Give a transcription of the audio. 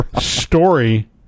story